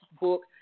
book